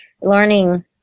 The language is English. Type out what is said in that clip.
learning